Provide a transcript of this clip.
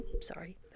sorry